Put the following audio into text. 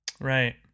Right